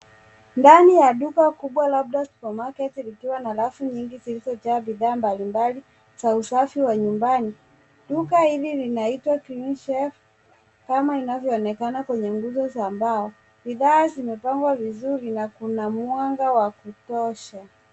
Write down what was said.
Ndani ya duka kubwa labda supermarket zikiwa na rafu nyingi zilizojaa bidhaa mbalimbali za usafi wa nyumbani duka hili linaitwa Cleanshelf kama inavyoonekana kenye nguzo za mbao. Bidhaa zimepangwa vizuri na kuna mwanga wa kutosha.